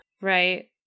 Right